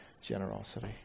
generosity